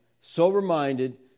sober-minded